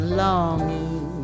longing